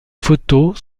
photos